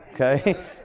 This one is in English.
okay